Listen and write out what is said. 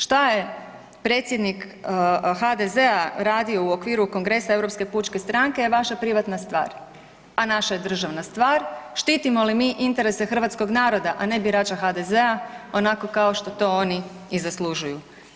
Šta je predsjednik HDZ-a radio u okviru kongresa Europske pučke stranke je vaša privatna stvar, a naša je državna stvar štitimo li mi interese hrvatskog naroda, a ne birača HDZ-a onako kao što to oni i zaslužuju.